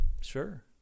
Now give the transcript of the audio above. Sure